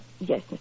Yes